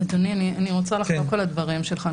אדוני, אני רוצה לחלוק על הדברים שלך.